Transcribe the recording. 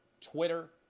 Twitter